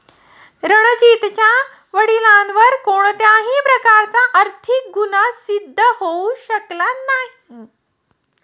रणजीतच्या वडिलांवर कोणत्याही प्रकारचा आर्थिक गुन्हा सिद्ध होऊ शकला नाही